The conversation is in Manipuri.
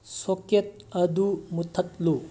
ꯁꯣꯀꯦꯠ ꯑꯗꯨ ꯃꯨꯊꯠꯂꯨ